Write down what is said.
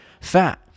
fat